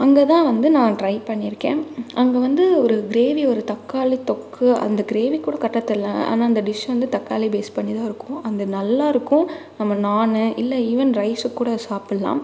அங்கேதான் வந்து நான் ட்ரை பண்ணியிருக்கேன் அங்கே வந்து ஒரு கிரேவி ஒரு தக்காளி தொக்கு அந்த கிரேவி கூட கரெட்டாக தெர்லை ஆனால் அந்த டிஷ் வந்து தக்காளி பேஸ் பண்ணிதான் இருக்கும் அந்து நல்லாயிருக்கும் நம்ப நான் இல்லை ஈவென் ரைசுக்கு கூட சாப்புடல்லான்